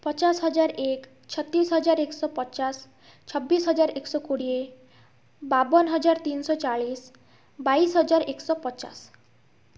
ପଚାଶ ହଜାର ଏକ ଛତିଶି ହଜାର ଏକ ଶହ ପଚାଶ ଛବିଶି ହଜାର ଏକ ଶହ କୋଡ଼ିଏ ବାଉନ ହଜାର ତିନି ଶହ ଚାଳିଶି ବାଇଶି ହଜାର ଏକ ଶହ ପଚାଶ